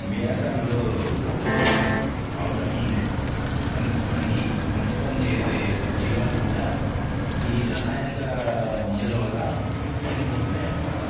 వ్యవసాయంలో తోడ్పడే అవసరం ఉండే పని మనకి మంచి పని చేసే జీవాలు కూడా ఈ రసాయనిక మందుల వల్ల చనిపోతున్నాయి అన్నమాట